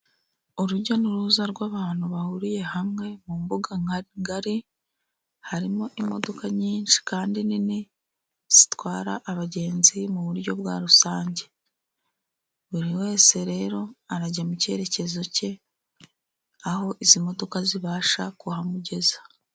Urujya n'uruza rw'abantu bahuriye hamwe mu mbuga ngari, harimo imodoka nyinshi kandi nini zitwara abagenzi mu buryo bwa rusange ,buri wese rero arajya mu cyerekezo cye, aho izi modoka zibasha kuhamugeza.